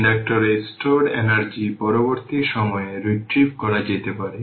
ইন্ডাক্টরে stored energy পরবর্তী সময়ে retrieve করা যেতে পারে